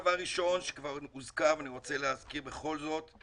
דבר ראשון שכבר הוזכר ואני רוצה להזכיר בכל זאת הוא